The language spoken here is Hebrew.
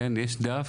יש דף,